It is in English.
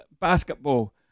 basketball